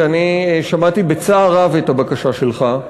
שאני שמעתי בצער רב את הבקשה שלך,